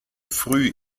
früh